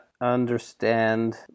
understand